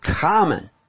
common